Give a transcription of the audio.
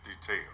detail